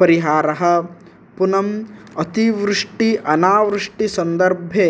परिहारः पुनः अतिवृष्टि अनावृष्टिसन्दर्भे